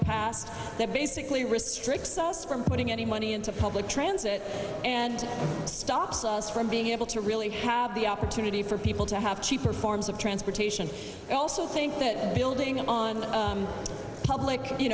past that basically wrists tricks us from putting any money into public transit and stops us from being able to really have the opportunity for people to have cheaper forms of transportation i also think that building on the public you